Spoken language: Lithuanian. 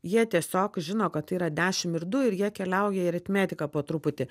jie tiesiog žino kad tai yra dešimt ir du ir jie keliauja į aritmetiką po truputį